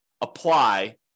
apply